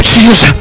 Jesus